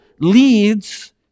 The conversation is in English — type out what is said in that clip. leads